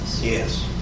Yes